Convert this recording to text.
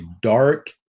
dark